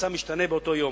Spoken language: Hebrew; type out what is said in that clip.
המצב משתנה באותו יום.